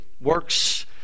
works